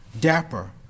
dapper